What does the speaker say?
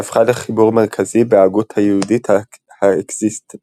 והפכה לחיבור מרכזי בהגות היהודית האקזיסטנציאלית.